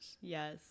Yes